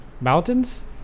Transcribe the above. mountains